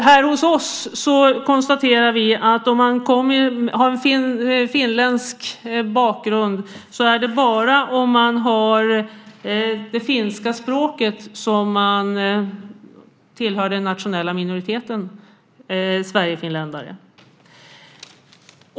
Här hos oss konstaterar vi att om man har finländsk bakgrund är det bara om man har det finska språket som man tillhör den nationella minoriteten sverigefinländare.